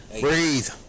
Breathe